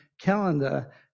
calendar